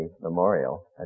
memorial